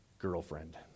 girlfriend